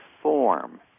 form